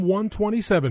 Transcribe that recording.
127